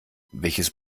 welches